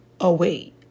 away